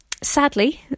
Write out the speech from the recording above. sadly